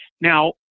Now